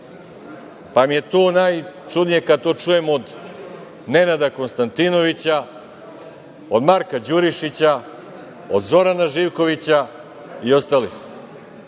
pa mi je tu najčudnije kad to čujem od Nenada Konstantinovića, od Marka Đurišića, od Zorana Živkovića i ostalih.